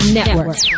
Network